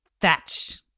thatch